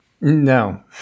No